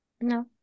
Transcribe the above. No